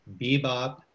Bebop